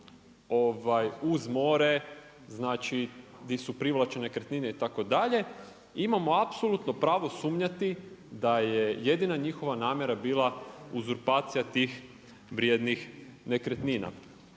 uz more, gdje su privlačne nekretnine itd. imamo apsolutno pravo sumnjati da je jedina njihova namjera bila uzurpacija tih vrijednih nekretnina.